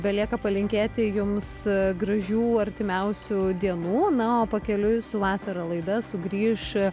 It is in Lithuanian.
belieka palinkėti jums gražių artimiausių dienų na o pakeliui su vasara laida sugrįš